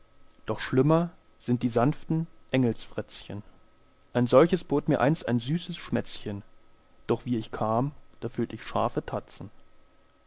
doch schlimmer sind die sanften engelsfrätzchen ein solches bot mir einst ein süßes schmätzchen doch wie ich kam da fühlt ich scharfe tatzen